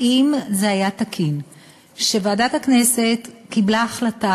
האם זה תקין שוועדת הכנסת קיבלה החלטה